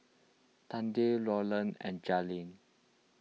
Tate Roland and Jailene